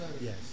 yes